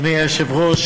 אדוני היושב-ראש,